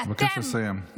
אני מבקש לסיים.